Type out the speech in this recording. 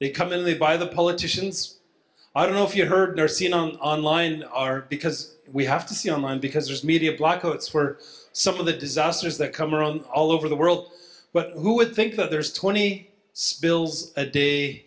they come in they buy the politicians i don't know if you've heard or seen on online are because we have to see online because there's media blackouts were some of the disasters that come around all over the world but who would think that there's twenty spills a day